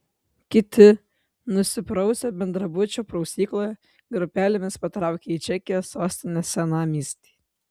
kiti nusiprausę bendrabučio prausykloje grupelėmis patraukė į čekijos sostinės senamiestį